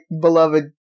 beloved